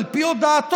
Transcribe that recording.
על פי הודאתו,